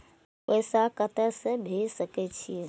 पैसा कते से भेज सके छिए?